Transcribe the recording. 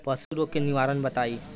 पशु रोग के निवारण बताई?